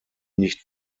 nicht